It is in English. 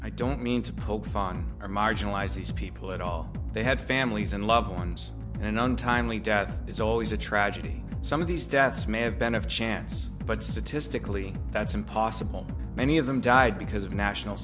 i don't mean to poke fun or marginalize these people at all they had families and loved ones and untimely death is always a tragedy some of these deaths may have been of chance but statistically that's impossible many of them died because of national